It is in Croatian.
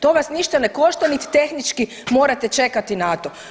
To vas ništa ne košta niti tehnički morate čekati na to.